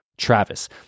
Travis